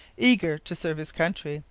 eager to serve his country,